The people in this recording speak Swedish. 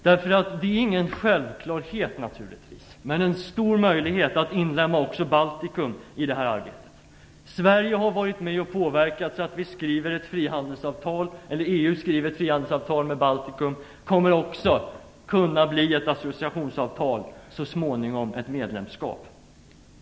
Det är naturligtvis ingen självklarhet, men en stor möjlighet, att inlemma också Baltikum i detta arbete. Sverige har varit med och påverkat så att EU skriver ett frihandelsavtal med Baltikum. Det kommer också att kunna bli ett associationsavtal och så småningom ett medlemskap.